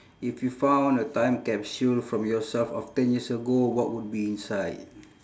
if you found a time capsule from yourself of ten years ago what would be inside